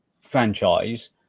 franchise